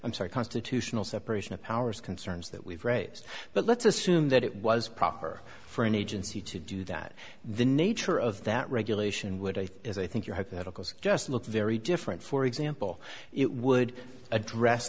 i'm sorry constitutional separation of powers concerns that we've raised but let's assume that it was proper for an agency to do that the nature of that regulation would i think as i think your hypotheticals just look very different for example it would address